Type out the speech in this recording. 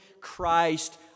Christ